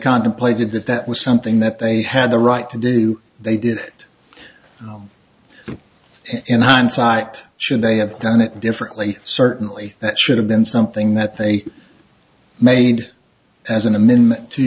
contemplated that that was something that they had the right to do they did it and hindsight should they have done it differently certainly that should have been something that they made as an amendment to